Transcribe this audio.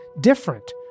different